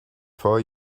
for